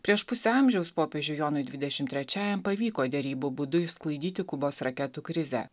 prieš pusę amžiaus popiežiui jonui dvidešim trečiajam pavyko derybų būdu išsklaidyti kubos raketų krizę